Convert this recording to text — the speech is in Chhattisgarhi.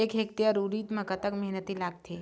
एक हेक्टेयर उरीद म कतक मेहनती लागथे?